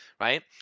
right